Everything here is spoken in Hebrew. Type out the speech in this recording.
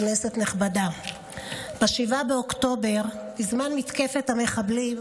כנסת נכבדה, ב-7 באוקטובר, בזמן מתקפת המחבלים,